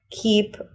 keep